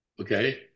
Okay